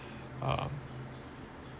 um